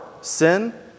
sin